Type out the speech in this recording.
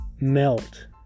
melt